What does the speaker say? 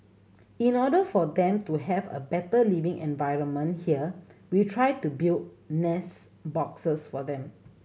in order for them to have a better living environment here we try to build nest boxes for them